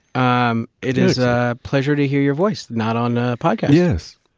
um, it is a pleasure to hear your voice, not on a podcast yes.